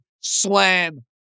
slam